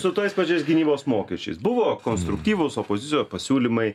su tais pačiais gynybos mokesčiais buvo konstruktyvūs opozicijos pasiūlymai